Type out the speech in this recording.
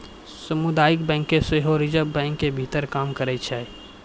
समुदायिक बैंक सेहो रिजर्वे बैंको के भीतर काम करै छै